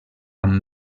amb